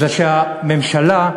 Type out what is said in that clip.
זה שהממשלה,